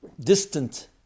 Distant